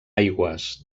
aigües